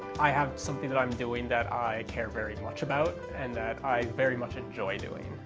i have something that i am doing that i care very much about. and that i very much enjoy doing.